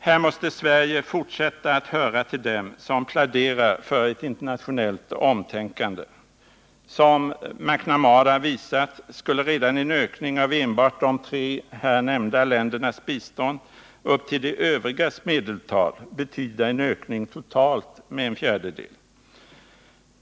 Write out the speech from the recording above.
Här måste Sverige fortsätta att höra till dem som pläderar för ett internationellt omtänkande. Som McNamara visat skulle enbart en ökning av de här tre nämnda ländernas bistånd upp till de övrigas medeltal betyda en ökning totalt med en fjärdedel.